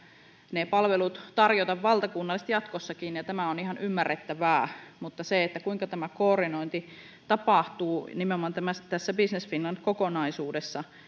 ne palvelut pitää tarjota valtakunnallisesti jatkossakin ja tämä on ihan ymmärrettävää mutta siinä kuinka tämä koordinointi tapahtuu nimenomaan tässä business finland kokonaisuudessa